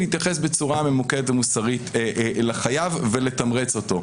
להתייחס בצורה ממוקדת ומוסרית לחייב ולתמרץ אותו.